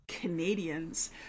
Canadians